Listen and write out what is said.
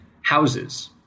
houses